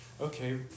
okay